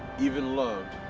even loved,